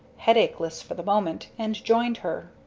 headacheless for the moment, and joined her.